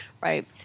right